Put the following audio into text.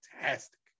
fantastic